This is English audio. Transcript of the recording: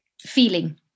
feeling